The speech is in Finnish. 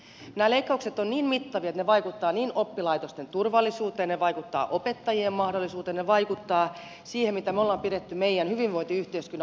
nämä leikkaukset ovat niin mittavia että ne vaikuttavat oppilaitosten turvallisuuteen ne vaikuttavat opettajien mahdollisuuteen ne vaikuttavat siihen mitä me olemme pitäneet meidän hyvinvointiyhteiskunnan peruskivenä